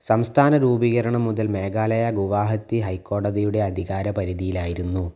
സംസ്ഥാന രൂപീകരണം മുതൽ മേഘാലയ ഗുവാഹത്തി ഹൈക്കോടതിയുടെ അധികാരപരിധിയിലായിരുന്നു